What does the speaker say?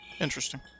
Interesting